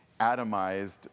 atomized